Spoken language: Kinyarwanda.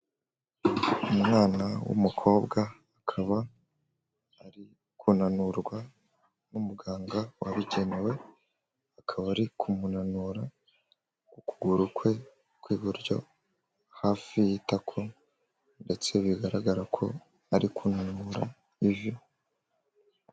Umwana w'umukobwa akaba ari kunanurwa n'umuganga wabigenewe akaba ari kumunanura ukuguru kwe kw'iburyo hafi y'itako ndetse bigaragara ko ari kunanura ivi.